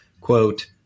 quote